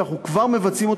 שאנחנו כבר מבצעים,